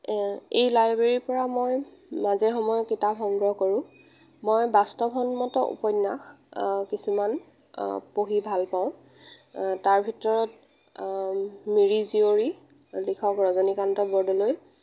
এই লাইব্ৰেৰীৰ পৰা মই মাজে সময়ে কিতাপ সংগ্ৰহ কৰোঁ মই বাস্তৱ সন্মত উপন্যাস কিছুমান পঢ়ি ভাল পাওঁ তাৰ ভিতৰত মিৰি জীয়ৰী লিখক ৰজনীকান্ত বৰদলৈ